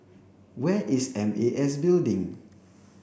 where is M A S Building